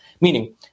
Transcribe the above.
meaning